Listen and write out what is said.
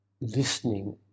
listening